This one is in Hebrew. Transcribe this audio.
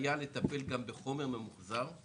הנחיה לטפל גם בחומר ממוחזר?